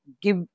give